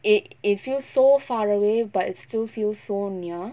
it it feels so far away but it still feels so near